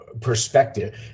perspective